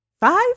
five